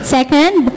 Second